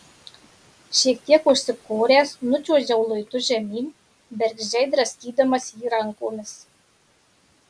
šiek tiek užsikoręs nučiuožiau luitu žemyn bergždžiai draskydamas jį rankomis